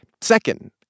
Second